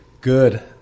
Good